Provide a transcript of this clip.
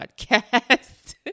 podcast